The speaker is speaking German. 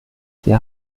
sie